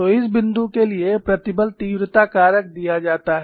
तो इस बिंदु के लिए प्रतिबल तीव्रता कारक दिया जाता है